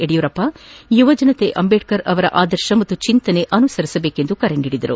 ಯಡಿಯೂರಪ್ಪ ಯುವಜನತೆ ಅಂಬೇಡ್ಕರ್ ಅವರ ಆದರ್ಶ ಹಾಗೂ ಚಿಂತನೆಗಳನ್ನು ಅನುಸರಿಸಬೇಕೆಂದು ಕರೆ ನೀಡಿದರು